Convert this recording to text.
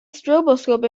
stroboscope